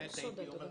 באמת הייתי אומר,